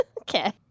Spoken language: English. Okay